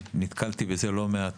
נתקלתי בזה לא מעט.